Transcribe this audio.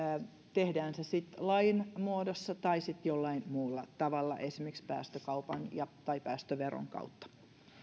tehdään se sitten lain muodossa tai jollain muulla tavalla esimerkiksi päästökaupan tai päästöveron kautta